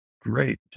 Great